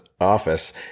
office